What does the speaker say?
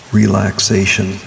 relaxation